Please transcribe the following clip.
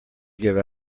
give